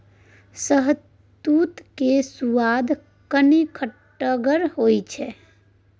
शहतुत केर सुआद कनी खटगर होइ छै